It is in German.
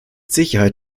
sicherheit